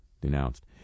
denounced